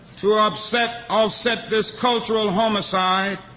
to offset offset this cultural homicide,